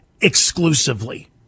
exclusively